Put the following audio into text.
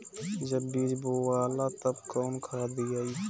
जब बीज बोवाला तब कौन खाद दियाई?